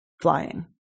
flying